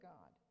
God